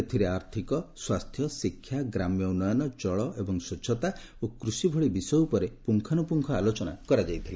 ଏଥିରେ ଆର୍ଥିକ ସ୍ଥିତି ସ୍ୱାସ୍ଥ୍ୟ ଶିକ୍ଷା ଗ୍ରାମ୍ୟ ଉନ୍ନୟନ ଜଳ ଏବଂ ସ୍ୱଚ୍ଛତା ଓ କୁଷି ଭଳି ବିଷୟ ଉପରେ ପୁଙ୍ଗାନୁପୁଙ୍ଗ ଆଲୋଚନା କରାଯାଇଥିଲା